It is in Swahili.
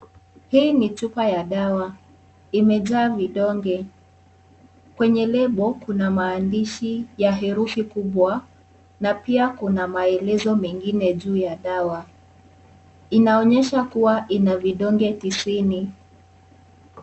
Hii ni chupa ya dawa imejaa vidonge kwenye lebo kuna maandishi ya herufi kubwa na pia kuna maelezo mengine juu ya dawa, inaonyesha kuwa ina vidonge tisini.